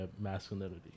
masculinity